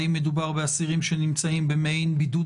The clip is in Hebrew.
האם מדובר באסירים שנמצאים במעין בידוד